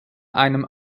einem